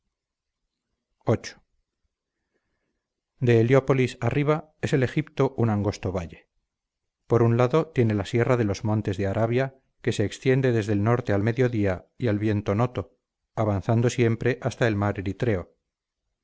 viii de heliópolis arriba es el egipto un angosto valle por un lado tiene la sierra de los montes de arabia que se extiende desde norte al mediodía y al viento noto avanzando siempre hasta el mar eritrheo